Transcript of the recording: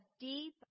deep